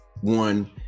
one